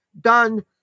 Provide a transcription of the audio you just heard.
done